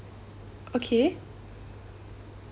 okay